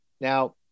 Now